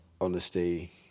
Honesty